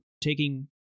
taking